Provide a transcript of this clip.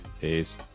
Peace